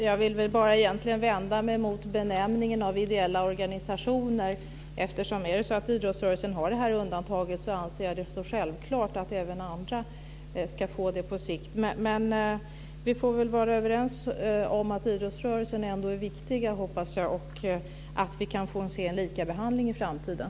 Fru talman! Egentligen vänder jag mig bara mot benämningen ideella organisationer. Om idrottsrörelsen har det här undantaget anser jag det vara självklart att även andra på sikt ska få det. Jag hoppas att vi ändå är överens om att idrottsrörelsen är viktig och att vi kan få se en likabehandling i framtiden.